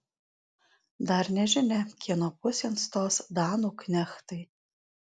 dar nežinia kieno pusėn stos danų knechtai